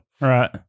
Right